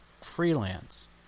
freelance